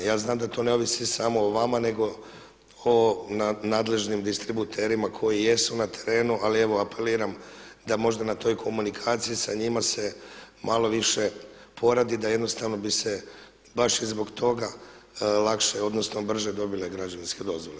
Ja znam da to ne ovisi samo o vama nego o nadležnim distributerima koji jesu na terenu, ali evo apeliram da možda na toj komunikaciji sa njima se malo više poradi da jednostavno bi se baš i zbog toga lakše odnosno brže dobile građevinske dozvole.